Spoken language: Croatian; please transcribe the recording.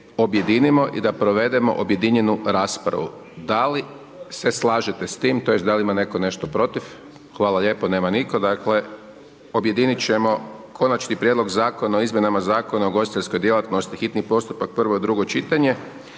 objedinimo i da provedemo objedinjenu raspravu. Da li se slažete s tim, to jest da li ima netko nešto protiv? Hvala lijepo. Nema nitko. Dakle, objedinit ćemo Konačni prijedlog Zakona o izmjenama Zakona o ugostiteljskoj djelatnosti, hitni postupak, prvo i drugo čitanje,